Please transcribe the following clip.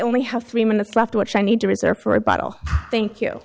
only have three minutes left which i need to reserve for a bottle thank you